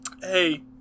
hey